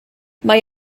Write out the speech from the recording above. mae